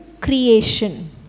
creation